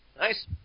Nice